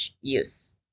use